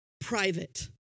private